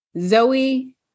Zoe